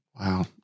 Wow